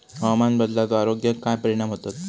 हवामान बदलाचो आरोग्याक काय परिणाम होतत?